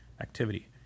activity